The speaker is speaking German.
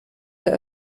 der